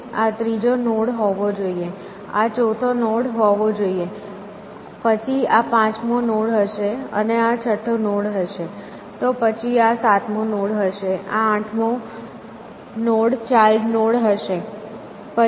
તેથી આ ત્રીજો નોડ હોવો જોઈએ આ ચોથો નોડ હોવો જોઈએ પછી આ પાંચમો નોડ હશે અને આ છઠ્ઠો નોડ હશે તો પછી આ સાતમો નોડ હશે આ આઠમો નોડ ચાઈલ્ડ નોડ હશે